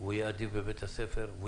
בבית הספר,